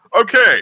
Okay